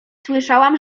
słyszałam